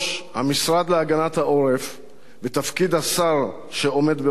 המשרד להגנת העורף ותפקיד השר שעומד בראשו,